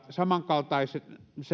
samankaltaisen